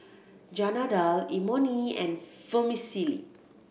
Dal Imoni and Vermicelli